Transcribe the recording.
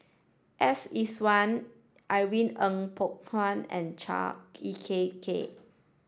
S Iswaran Irene Ng Phek Hoong and Chua E K Kay